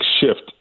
shift